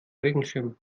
regenschirm